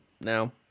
now